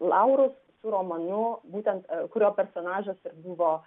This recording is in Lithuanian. laurus su romanu būtent kurio personažas ir buvo